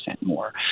more